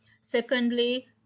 Secondly